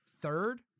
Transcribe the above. third